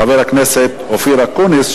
חבר הכנסת אופיר אקוניס,